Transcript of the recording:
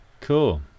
cool